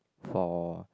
for